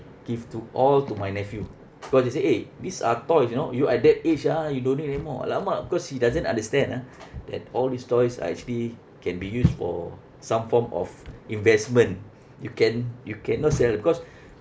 give to all to my nephew because they say eh these are toys you know you are that age ah you don't need anymore !alamak! because he doesn't understand ah that all these toys are actually can be used for some form of investment you can~ you cannot sell because